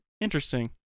Interesting